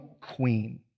queen